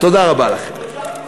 ולהודיע איזה אסון פקד אותנו.